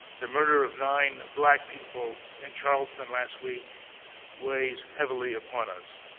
the murder of nine black people in charleston last week weighs heavily upon us.